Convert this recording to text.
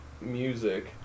music